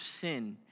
sin